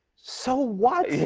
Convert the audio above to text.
so what?